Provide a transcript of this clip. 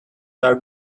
are